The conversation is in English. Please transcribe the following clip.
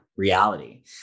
reality